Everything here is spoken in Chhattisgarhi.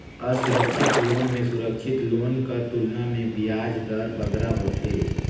असुरक्छित लोन में सुरक्छित लोन कर तुलना में बियाज दर बगरा होथे